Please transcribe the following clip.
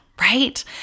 Right